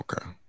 Okay